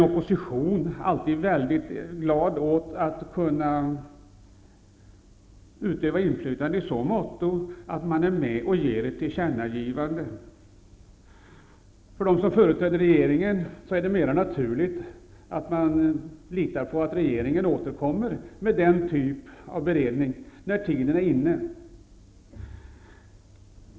Oppositionen är ju alltid glad åt att kunna utöva inflytande i så måtto att man är med och gör ett tillkännagivande. För dem som företräder regeringen är det mer naturligt att lita på att regeringen skall återkomma med den typen av beredning när tiden är inne.